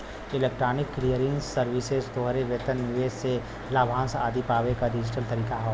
electronic clearing services तोहरे वेतन, निवेश से लाभांश आदि पावे क डिजिटल तरीका हौ